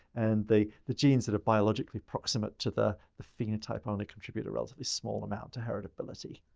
and the the genes that are biologically proximate to the the phenotype um and contribute a relatively small amount to heritability.